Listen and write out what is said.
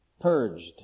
purged